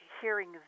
hearing